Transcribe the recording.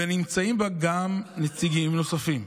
ונמצאים בה נציגים נוספים.